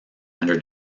under